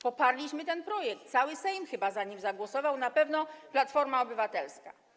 Poparliśmy ten projekt, cały Sejm chyba za nim zagłosował, na pewno Platforma Obywatelska.